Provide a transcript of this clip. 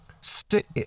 sit